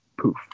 Poof